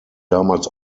damals